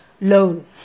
loan